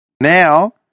Now